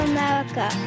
America